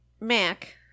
Mac